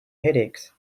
headaches